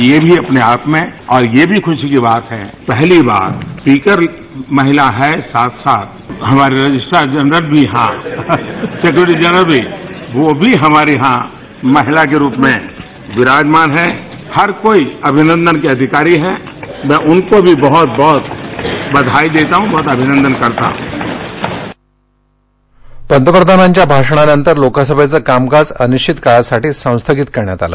यही आपने आप में और ये भी खुशी की बात हैं पहली बार अन्य महिला हैं साथ साथ हमारे रजिस्टार जनरल भी यहा सेक्रेटरी जनरल भी वो भी हमारे यहा महिला के रुप में विराजमान हैं हर कोई अभिनंदन के अधिकारी हैं में उनको भी बहोत बहोत बधाई देता हँ अभिनंदन करता हँ पंतप्रधानांच्या भाषणानंतर लोकसभेचं कामकाज अनिश्वित काळासाठी संस्थगित करण्यात आलं